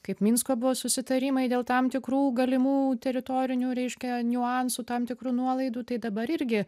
kaip minsko buvo susitarimai dėl tam tikrų galimų teritorinių reiškia niuansų tam tikrų nuolaidų tai dabar irgi